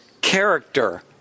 character